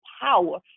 power